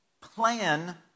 plan